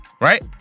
right